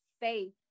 faith